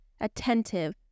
attentive